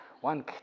One